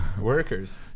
workers